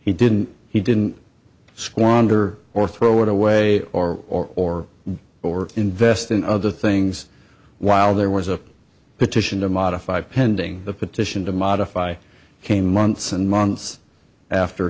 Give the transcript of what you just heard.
he didn't he didn't squander or throw it away or or or or invest in other things while there was a petition to modify pending the petition to modify came months and months after